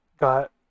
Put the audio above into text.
got